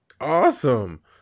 awesome